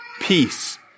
peace